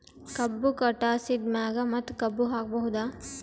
ಕಬ್ಬು ಕಟಾಸಿದ್ ಮ್ಯಾಗ ಮತ್ತ ಕಬ್ಬು ಹಾಕಬಹುದಾ?